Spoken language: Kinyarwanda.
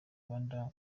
rwanda